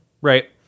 Right